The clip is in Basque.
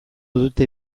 dute